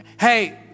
Hey